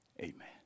Amen